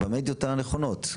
במדיות הנכונות.